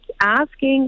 asking